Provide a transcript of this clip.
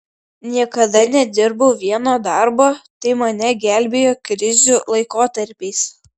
niekada nedirbau vieno darbo tai mane gelbėjo krizių laikotarpiais